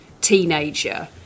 teenager